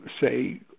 say